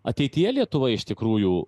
ateityje lietuva iš tikrųjų